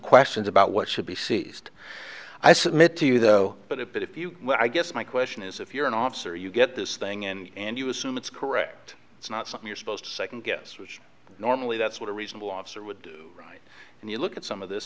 questions about what should be seized i submit to you though but if you i guess my question is if you're an officer you get this thing and you assume it's correct it's not something you're supposed to second guess which normally that's what a reasonable officer would write and you look at some of this